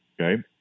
Okay